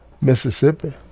Mississippi